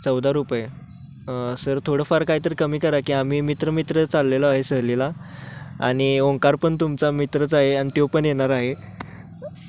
चौदा रुपये सर थोडंफार काहीतरी कमी करा की आम्ही मित्र मित्र चाललेलो आहे सहलीला आणि ओंकार पण तुमचा मित्रच आहे आणि तो पण येणार आहे